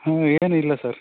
ಹ್ಞೂ ಏನೂ ಇಲ್ಲ ಸರ್